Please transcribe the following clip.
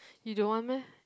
you don't want meh